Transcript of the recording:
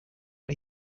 are